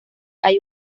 hay